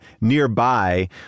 nearby